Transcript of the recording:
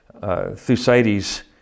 Thucydides